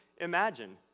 imagine